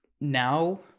now